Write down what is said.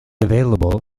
available